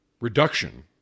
reduction